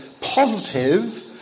positive